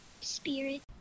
Spirit